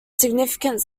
significant